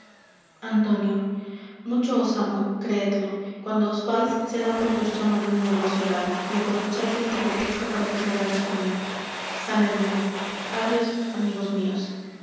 antonio mucho os amo creedlo cuando os vais será porque os llama algun negocio grave y aprovechais este pretexto para separaros de mí salarino adios amigos mios